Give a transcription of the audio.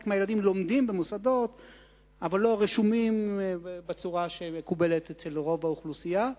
מהילדים לומדים במוסדות אבל לא רשומים בצורה שמקובלת אצל רוב האוכלוסייה.